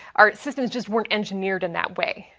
our systems just weren't engineered in that way.